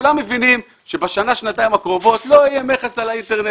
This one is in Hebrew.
כולם מבינים שבשנה-שנתיים הקרובות לא יהיה מכס על האינטרנט.